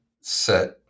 set